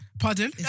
Pardon